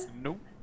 Nope